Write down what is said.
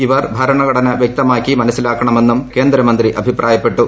ഇവർ ഭരണഘടന വ്യക്തമാക്കി മനസ്സിലാക്കണെന്നും കേന്ദ്രമന്ത്രി അഭിപ്രായപ്പെട്ടു